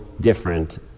different